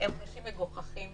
הם עונשים מגוחכים,